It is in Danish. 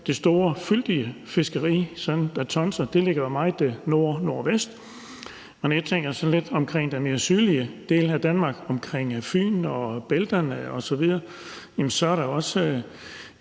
det store, fyldige fiskeri, der tonser, ligger jo meget nord-nordvest, og når jeg tænker på områder sådan lidt omkring den lidt mere sydlige del af Danmark, omkring Fyn og bælterne osv., tonser